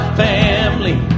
family